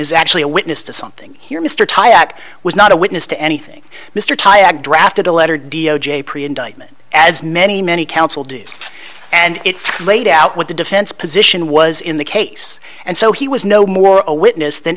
is actually a witness to something here mr tie ach was not a witness to anything mr tayyab drafted a letter d o j pre indictment as many many counsel do and it laid out what the defense position was in the case and so he was no more a witness than